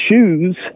shoes